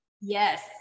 Yes